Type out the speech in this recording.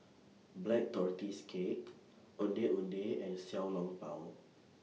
Black Tortoise Cake Ondeh Ondeh and Xiao Long Bao